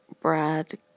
Brad